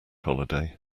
holiday